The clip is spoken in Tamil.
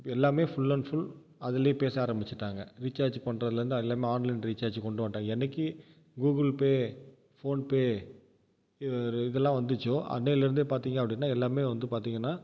எல்லாமே ஃபுல் அண்ட் ஃபுல் அதிலே பேச ஆரம்பிச்சிட்டாங்க ரீசார்ஜ் பண்ணுறதுலேர்ந்து எல்லாமே ஆன்லைன் ரீசார்ஜ் கொண்டு வந்துட்டாங்க என்றைக்கு கூகுள் பே ஃபோன் பே இதெல்லாம் வந்துச்சோ அன்றையிலருந்தே பார்த்திங்க அப்படின்னா எல்லாமே வந்து பார்த்திங்கன்னா